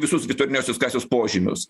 visus viduriniosios klasės požymius